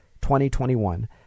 2021